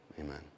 Amen